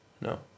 No